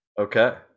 okay